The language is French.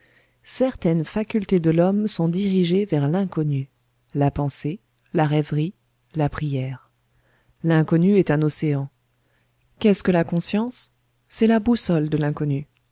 certaines facultés de l'homme sont dirigées vers l'inconnu la pensée la rêverie la prière l'inconnu est un océan qu'est-ce que la conscience c'est la boussole de l'inconnu